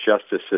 justice